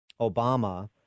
Obama